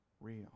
real